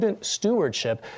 stewardship